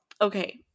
okay